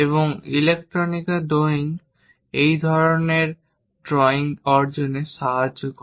এবং engineering drawing এই ধরনের ড্রয়িং অর্জনে সাহায্য করে